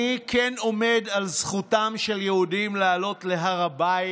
אני כן עומד על זכותם של יהודים לעלות להר הבית.